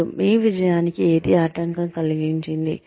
మరియు మీ విజయానికి ఏది ఆటంకం కలిగించింది